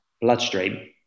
bloodstream